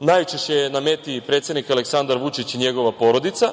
najčešće je na meti predsednik Aleksandar Vučić i njegova porodica,